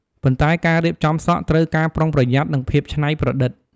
ប៉ុន្តែការរៀបចំសក់ត្រូវការការប្រុងប្រយ័ត្ននិងភាពច្នៃប្រឌិត។